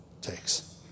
takes